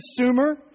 consumer